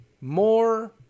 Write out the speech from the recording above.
more